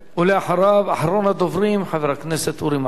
ואחריו, אחרון הדוברים, חבר הכנסת אורי מקלב.